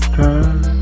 time